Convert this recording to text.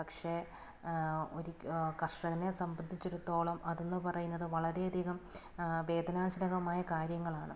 പക്ഷേ ഒരി കർഷകനെ സംബന്ധിച്ചിടത്തോളം അതെന്നുപറയുന്നത് വളരെയധികം വേദനാജനകമായ കാര്യങ്ങളാണ്